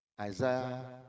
isaiah